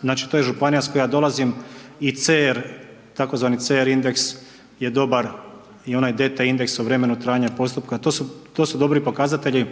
Znači to je županija iz koje ja dolazim i CR tzv. CR indeks je dobar i onaj DT indeks o vremenu trajanja postupka, to su dobri pokazatelji,